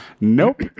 Nope